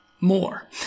more